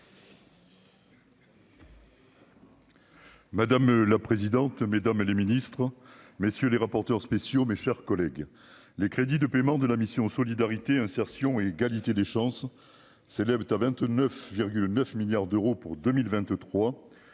Madame la présidente, mesdames les ministres, messieurs les rapporteurs spéciaux, mes chers collègues, les crédits de paiement de la mission Solidarité, insertion et égalité des chances s'élève à 29 virgule 9 milliards d'euros pour 2023,